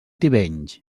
tivenys